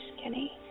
skinny